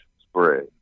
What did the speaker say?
spread